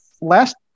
Last